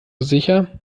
sicher